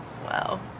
Wow